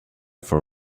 for